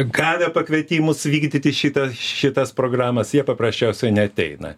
gavę pakvietimus vykdyti šitą šitas programas jie paprasčiausiai neateina